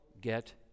get